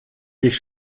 mich